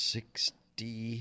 Sixty